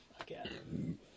again